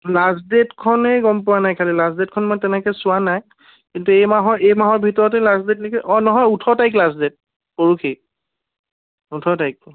last ডে'টখনেই গম পোৱা নাই খালী লাষ্ট ডে'টখন মই তেনেকৈ চোৱা নাই কিন্তু এই মাহৰ এই মাহৰ ভিতৰতে লাষ্ট ডে'ট নেকি অঁ নহয় ওঠৰ তাৰিখ লাষ্ট ডে'ট পৰহি ওঠৰ তাৰিখ